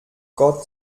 gott